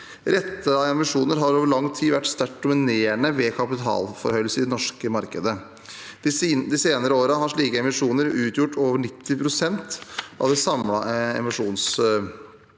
Rettede emisjoner har over lang tid vært sterkt dominerende ved kapitalforhøyelse i det norske markedet. De senere årene har slike emisjoner utgjort over 90 pst. av det samlede emisjonsvolumet